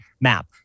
map